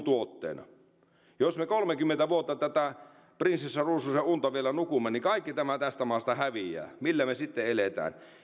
syntynyt kaivostoiminnan sivutuotteena jos me me kolmekymmentä vuotta tätä prinsessa ruususen unta vielä nukumme niin kaikki tämä tästä maasta häviää millä me sitten elämme